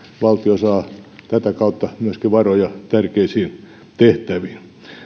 valtio saa tätä kautta myöskin varoja tärkeisiin tehtäviin